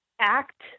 act